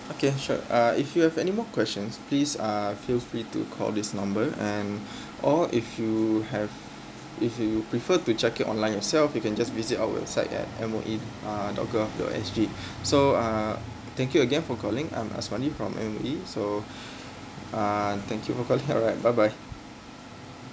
okay sure uh if you have any more questions please uh feel free to call this number and or if you do have if you prefer to check it online yourself you can just visit our website at M_O_E uh dot G O V dot S G so uh thank you again for calling I'm asmadi from M_O_E so uh thank you bye bye alright bye bye